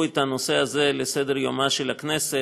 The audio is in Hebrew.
את הנושא הזה על סדר-יומה של הכנסת